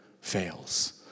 fails